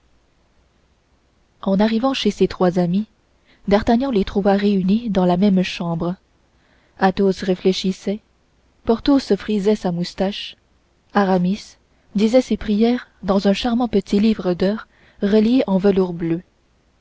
en arrivant chez ses trois amis d'artagnan les trouva réunis dans la même chambre athos réfléchissait porthos frisait sa moustache aramis disait ses prières dans un charmant petit livre d'heures relié en velours bleu